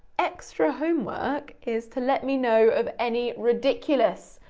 extra homework is to let me know of any ridiculous,